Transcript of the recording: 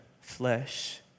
flesh